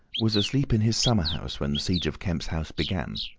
was asleep in his summer house when the siege of kemp's house began.